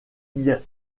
bien